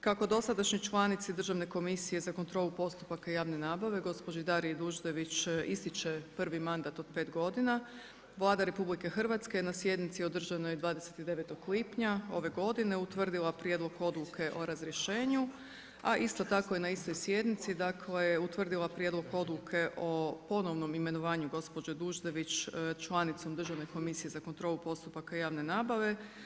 Kako dosadašnje članice Državne komisije za kontrolu postupaka javne nabave gospođi Dariji Duždević ističe prvi mandat od pet godina Vlada RH je na sjednici održanoj 29. lipnja ove godine utvrdila Prijedlog odluke o razrješenju, a isto tako je na istoj sjednici, dakle utvrdila Prijedlog odluke o ponovnom imenovanju gospođe Duždević članicom Državne komisije za kontrolu postupaka javne nabave.